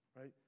right